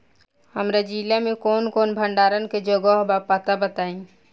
हमरा जिला मे कवन कवन भंडारन के जगहबा पता बताईं?